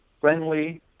friendly